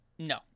No